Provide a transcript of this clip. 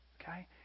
okay